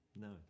No